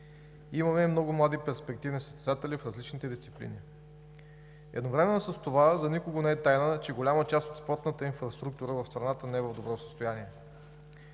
Имаме много млади перспективни състезатели в различните дисциплини. Едновременно с това за никого не е тайна, че голяма част от спортната инфраструктура в страната не е в добро състояние.